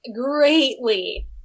greatly